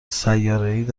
سیارهای